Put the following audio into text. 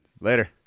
Later